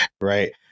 Right